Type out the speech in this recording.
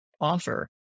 offer